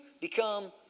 become